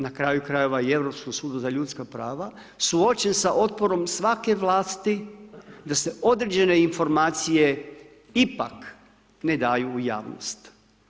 Na kraju krajeva, i Europskom sudu za ljudska prava suočen sa otporom svake vlasti da se određene informacije ipak ne daju u javnost?